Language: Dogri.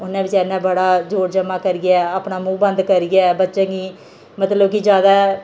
उन्नै बचारी ने बड़ा जोड़ ज'मा करियै अपना मूंह बंद करियै बच्चें गी मतलब कि ज्यादा